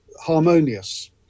harmonious